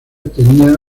tenía